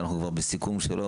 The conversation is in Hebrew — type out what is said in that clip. כשאנחנו כבר בסיכום שלו,